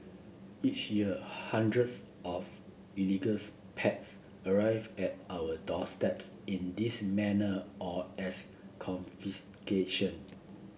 each year hundreds of illegals pets arrive at our doorsteps in this manner or as confiscation